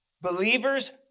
Believers